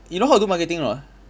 you know how to do marketing or not